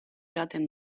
joaten